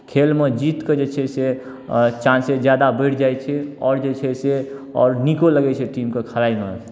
खेलमे जीतके जे छै से चांसेज ज्यादा बढ़ि जाइ छै आओर जे छै से आओर नीको लगै छै टीमकेँ खेलाइमे